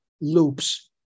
loops